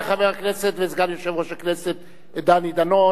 תודה רבה לחבר הכנסת וסגן יושב-ראש הכנסת דני דנון,